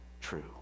true